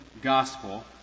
gospel